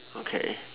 okay